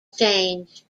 change